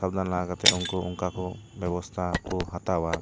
ᱥᱟᱵᱫᱷᱟᱱ ᱞᱟᱦᱟ ᱠᱟᱛᱮ ᱩᱱᱠᱩ ᱚᱱᱠᱟ ᱠᱚ ᱵᱮᱵᱚᱥᱛᱟ ᱠᱚ ᱦᱟᱛᱟᱣᱟ